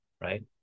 right